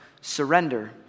surrender